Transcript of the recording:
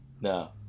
No